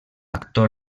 actor